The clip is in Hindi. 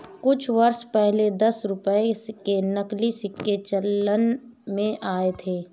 कुछ वर्ष पहले दस रुपये के नकली सिक्के चलन में आये थे